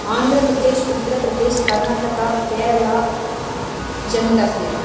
Andhra Pradesh Uttar Pradesh Karnataka Kerala Jammu Kashmir